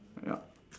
yup